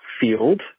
field